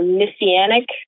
messianic